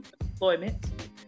employment